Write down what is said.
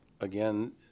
again